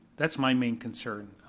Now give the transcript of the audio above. that's my main concern.